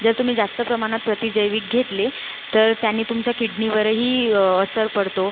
जर तुम्ही जास्त प्रमाणात प्रतिजैविक घेतले तर त्यांनी तुमच्या किडनीवरही असर पडतो